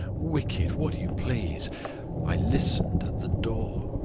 wicked, what you please i listened at the door.